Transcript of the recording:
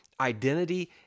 identity